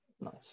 Nice